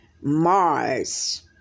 Mars